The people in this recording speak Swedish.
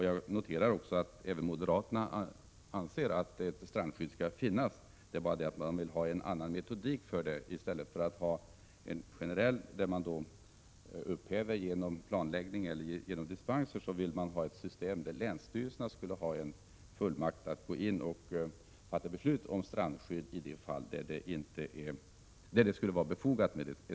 Jag noterar att även moderaterna anser att ett strandskydd skall finnas — man vill bara ha en annan metodik för det. I stället för ett generellt skydd, som upphävs genom planläggning eller genom dispenser, vill man ha ett system där länsstyrelserna har fullmakt att gå in och besluta om strandskydd i de fall där ett sådant skulle vara befogat.